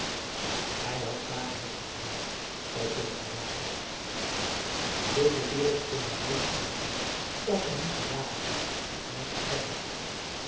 hij had zaken met me gedaan zei silver haastig zulke kerels komen nooit in mijn huis of zij moeten zaken hebben met mij persoonlijk